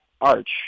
arch